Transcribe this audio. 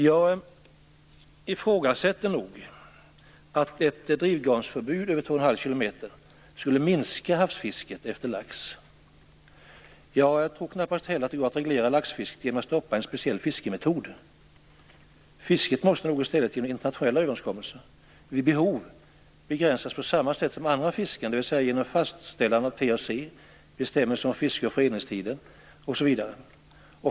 Jag ifrågasätter nog att ett förbud mot drivgarn över 2,5 km skulle minska havsfisket efter lax. Jag tror knappast heller att det går att reglera laxfisket genom att stoppa en speciell fiskemetod. Fisket måste nog i stället genom internationella överenskommelser vid behov begränsas på samma sätt som andra fisken, dvs. genom fastställande av TAC, bestämmelser om fiske och fredningstid osv.